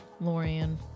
Lorian